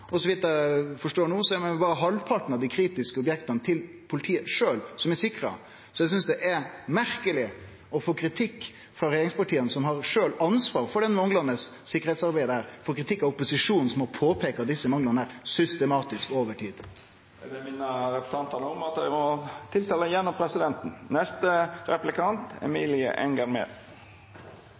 Og så vidt eg forstår no, er det berre halvparten av dei kritiske objekta til politiet sjølv som er sikra. Så eg synest det er merkeleg å få kritikk frå regjeringspartia, som sjølve har ansvaret for det manglande sikkerheitsarbeidet, når dei får kritikk frå opposisjonspartia som har peika på desse manglane – systematisk og over tid. Representanten har snakket om økte forskjeller i sitt innlegg, og det leder meg inn på soneforvaltningen av ulv. Soneforvaltningen av ulv fører til at